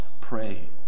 Pray